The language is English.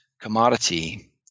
commodity